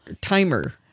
timer